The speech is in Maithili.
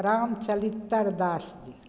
रामचरित्र दास जी